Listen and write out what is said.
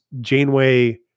Janeway